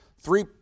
three